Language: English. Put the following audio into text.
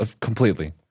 completely